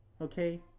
Okay